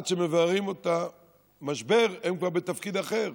ועד שמבררים את המשבר הם כבר בתפקיד אחר.